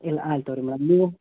ಇಲ್ಲ ಆಯ್ತು ತೊಗೋಳಿ ಮೇಡಮ್ ನೀವು